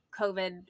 COVID